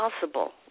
possible